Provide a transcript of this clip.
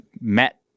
met